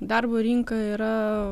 darbo rinka yra